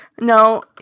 No